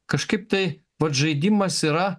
kažkaip tai vat žaidimas yra